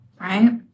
Right